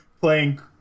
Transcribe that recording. playing